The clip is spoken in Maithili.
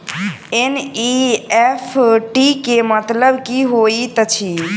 एन.ई.एफ.टी केँ मतलब की होइत अछि?